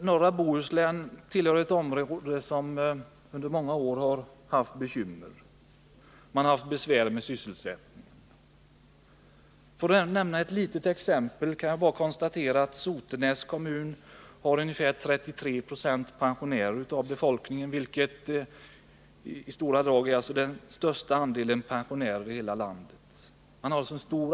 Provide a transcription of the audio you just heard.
Norra Bohuslän är ett område där man under många år har haft bekymmer med sysselsättningen. Jag kan nämna att av befolkningen i Sotenäs kommun är ungefär 33 70 pensionärer, vilket i stora drag är den största andelen pensionärer i hela landet.